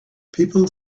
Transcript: people